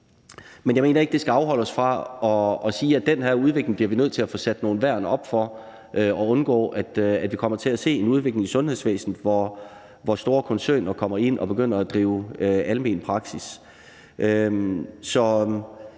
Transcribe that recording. Men jeg mener ikke, det skal afholde os fra at sige, at vi bliver nødt til at få sat nogle værn op mod den her udvikling i forhold til at undgå, at vi kommer til at se en udvikling i sundhedsvæsenet, hvor store koncerner kommer ind og begynder at drive almen praksis.